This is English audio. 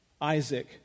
Isaac